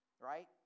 right